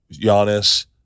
Giannis